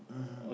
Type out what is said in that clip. mmhmm